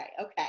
Okay